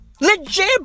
Legit